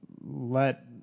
Let